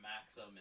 maxim